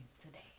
today